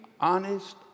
honest